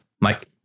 mike